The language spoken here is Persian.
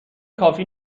کافی